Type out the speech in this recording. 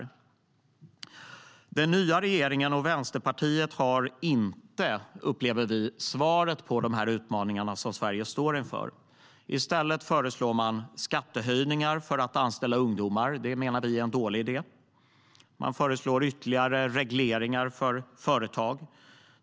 Vi upplever att den nya regeringen och Vänsterpartiet inte har svaret på de utmaningar som Sverige står inför. I stället föreslår de skattehöjningar för att anställa ungdomar, vilket vi menar är en dålig idé. De föreslår ytterligare regleringar för företag.